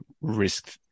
risk